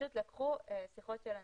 שפשוט לקחו שיחות של אנשים,